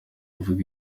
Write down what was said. avuga